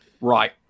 Right